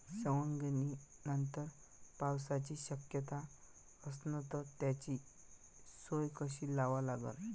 सवंगनीनंतर पावसाची शक्यता असन त त्याची सोय कशी लावा लागन?